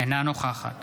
אינה נוכחת